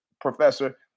professor